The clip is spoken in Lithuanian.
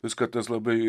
viską tas labai